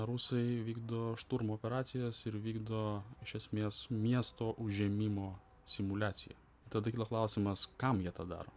rusai vykdo šturmo operacijos ir vykdo iš esmės miesto užėmimo simuliaciją tada kyla klausimas kam jie tą daro